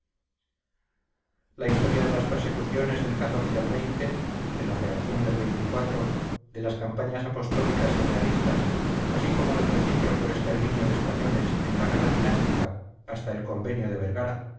la historia de las persecuciones del al de la reacción del de las campañas apostólicas y realistas así como del recíproco exterminio de españoles en la guerra dinástica hasta el convenio de vergara